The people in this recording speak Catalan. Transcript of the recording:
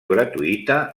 gratuïta